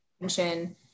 attention